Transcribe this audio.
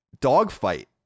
dogfight